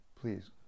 Please